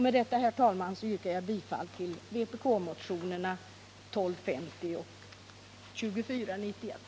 Med detta, herr talman, yrkar jag bifall till vpk-motionerna 1250 och 2491.